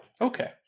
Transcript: Okay